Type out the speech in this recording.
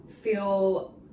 feel